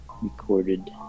recorded